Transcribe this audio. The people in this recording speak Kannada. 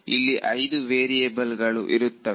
ಇಲ್ಲಿ 5 ವೇರಿಯೇಬಲ್ ಗಳು ಇರುತ್ತವೆ